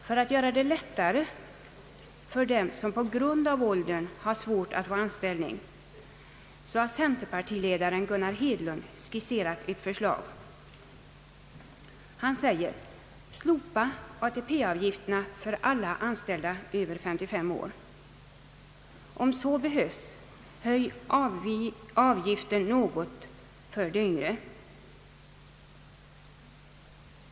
För att göra det lättare för dem som på grund av sin höga ålder har svårt att få anställning har centerpartiledaren Gunnar Hedlund skisserat ett förslag som går ut på att slopa ATP-avgifterna för alla anställda över 55 år. Om så behövs, höj avgiften något för de yngre.